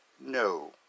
No